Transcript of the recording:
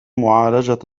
معالجة